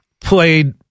played